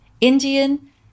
Indian